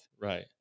Right